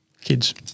kids